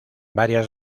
varias